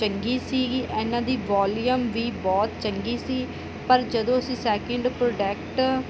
ਚੰਗੀ ਸੀਗੀ ਇਹਨਾਂ ਦੀ ਵੋਲੀਅਮ ਵੀ ਬਹੁਤ ਚੰਗੀ ਸੀ ਪਰ ਜਦੋਂ ਅਸੀਂ ਸੈਕਿੰਡ ਪ੍ਰੋਡਕਟ